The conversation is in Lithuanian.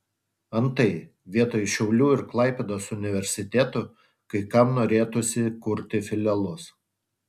antai vietoj šiaulių ir klaipėdos universitetų kai kam norėtųsi kurti filialus